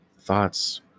thoughts